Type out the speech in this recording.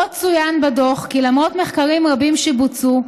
עוד צוין בדוח כי למרות מחקרים רבים שבוצעו,